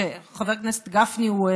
שחבר הכנסת גפני הוא,